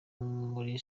muri